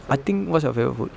I think what's your favourite food